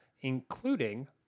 including